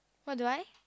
what do I